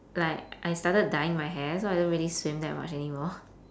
like I started dyeing my hair so I don't really swim that much anymore